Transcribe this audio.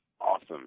awesome